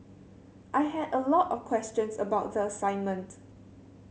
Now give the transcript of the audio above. I had a lot of questions about the assignment